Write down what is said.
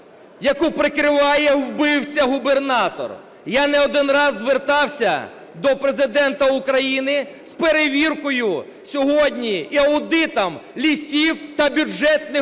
яку прикриває вбивця-губернатор. Я не один раз звертався до Президента України, з перевіркою сьогодні і аудитом лісів та бюджетних